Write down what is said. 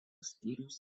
skyriaus